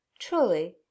Truly